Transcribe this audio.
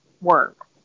work